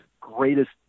greatest